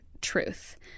truth